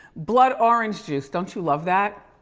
blood orange juice. don't you love that?